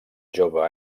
jove